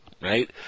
Right